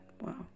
Wow